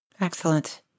Excellent